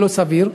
לא סביר.